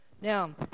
Now